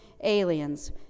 aliens